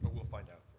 we'll find out.